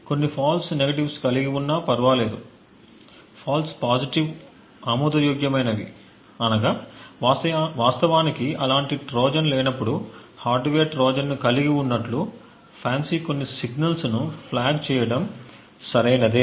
కొన్ని false positives కలిగి ఉన్నా ఫర్వాలేదు ఫాల్స్ పాజిటివ్స్ ఆమోదయోగ్యమైనవి అనగా వాస్తవానికి అలాంటి ట్రోజన్ లేనప్పుడు హార్డ్వేర్ ట్రోజన్ను కలిగి ఉన్నట్లు FANCI కొన్ని సిగ్నల్లను ఫ్లాగ్ చేయడం సరైనదే